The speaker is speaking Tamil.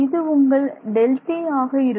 இது உங்கள் Δt ஆக இருக்கும்